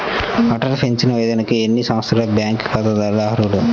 Atal pension యోజనకు ఎన్ని సంవత్సరాల బ్యాంక్ ఖాతాదారులు అర్హులు?